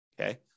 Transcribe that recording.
Okay